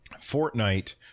Fortnite